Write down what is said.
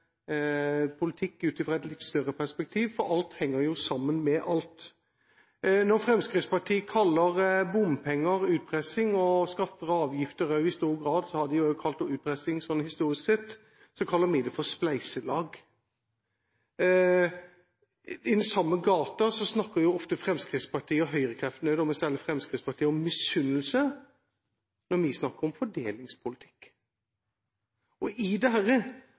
politikk ut fra et større perspektiv, for alt henger jo sammen med alt. Når Fremskrittspartiet kaller bompenger utpressing – skatter og avgifter har de også i stor grad kalt utpressing, historisk sett – kaller vi det for spleiselag. I samme gate snakker ofte Fremskrittspartiet og høyrekreftene – men særlig Fremskrittspartiet – om misunnelse, når vi snakker om fordelingspolitikk. I dette ligger det